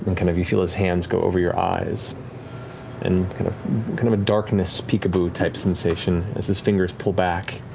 and kind of you feel his hands go over your eyes and kind of kind of a darkness peek-a-boo type sensation as his fingers pull back.